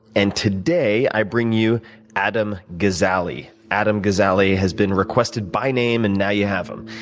and today i bring you adam gazzaley. adam gazzaley has been requested by name, and now you have him.